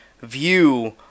view